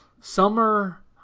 summer